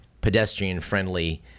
pedestrian-friendly